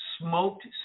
smoked